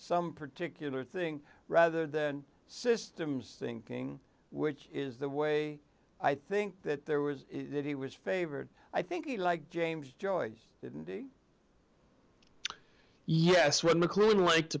some particular thing rather than systems thinking which is the way i think that there was that he was favored i think he like james joyce didn't yes what mcluhan liked